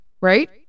right